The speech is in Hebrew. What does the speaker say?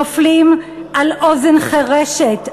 נופלים על אוזן חירשת,